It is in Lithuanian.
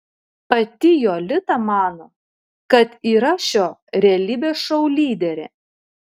pati jolita mano kad yra šio realybės šou lyderė